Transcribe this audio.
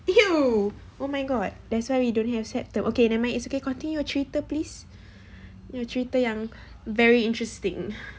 !eww! oh my god that's why we don't have okay nevermind it's okay continue cerita please your cerita yang very interesting